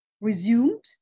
resumed